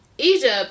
Egypt